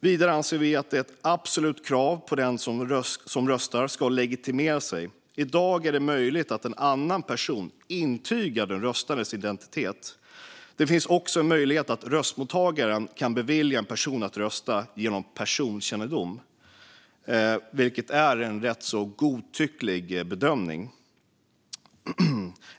Vidare anser vi att det ska vara ett absolut krav att den som röstar legitimerar sig. I dag är det möjligt för en annan person att intyga den röstandes identitet. Det finns också en möjlighet för röstmottagare att bevilja en person att rösta genom personkännedom, vilket är en rätt godtycklig bedömning.